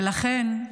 ולכן,